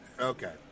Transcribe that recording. okay